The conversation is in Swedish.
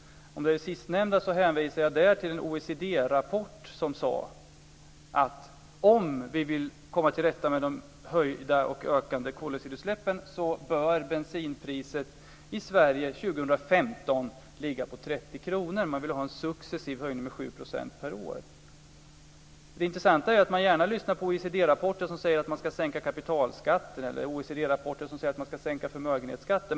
Om det är fråga om det sistnämnda så hänvisade jag där till en OECD-rapport som säger att om vi vill komma till rätta med de höjda och ökande koldioxidutsläppen bör bensinpriset i Sverige år 2015 ligga på 30 kr. Man vill ha en successiv höjning med 7 % per år. Det intressanta är att man gärna lyssnar på OECD rapporter där det sägs att man ska sänka kapitalskatter eller förmögenhetsskatten.